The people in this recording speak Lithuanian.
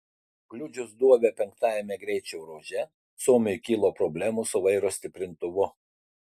kliudžius duobę penktame greičio ruože suomiui kilo problemų su vairo stiprintuvu